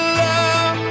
love